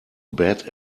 bad